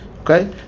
Okay